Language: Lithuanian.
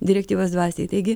direktyvos dvasiai taigi